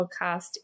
podcast